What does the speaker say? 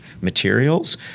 materials